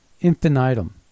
infinitum